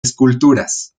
esculturas